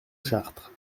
chartres